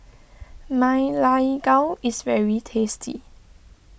Ma Lai Gao is very tasty